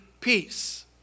peace